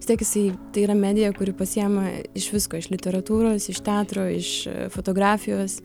vistiek jisai tai yra medija kuri pasiima iš visko iš literatūros iš teatro iš fotografijos